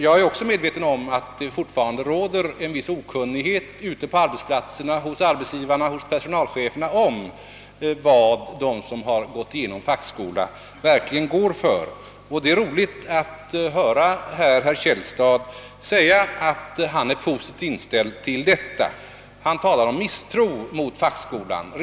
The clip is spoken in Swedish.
Jag är också medveten om att det fortfarande hos arbetsgivarna och personalcheferna råder en viss okunnighet om vad de som kommer från fackskolan verkligen går för. Det är roligt att höra herr Källstad säga att han själv är positivt inställd till denna skolform, Han talar emellertid om den misstro mot fackskolan som finns.